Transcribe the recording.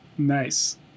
nice